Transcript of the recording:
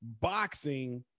boxing